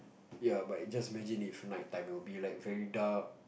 ya but just imagine if night time will be like very dark